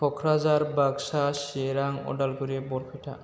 Kokrajhar Baksa Chirang Udalguri Barpeta